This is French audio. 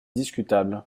discutable